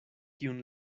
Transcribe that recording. kiun